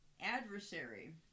adversary